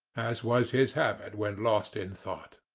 as was his habit when lost in thought.